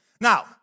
Now